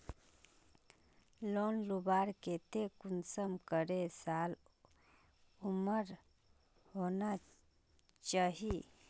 Loan लुबार केते कुंसम करे साल उमर होना चही?